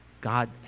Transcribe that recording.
God